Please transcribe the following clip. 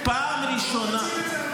בוא תציג את זה,